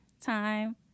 time